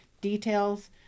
details